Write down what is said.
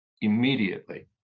immediately